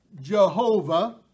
Jehovah